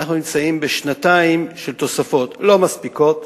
אנחנו נמצאים בשנתיים של תוספות, לא מספיקות,